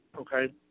okay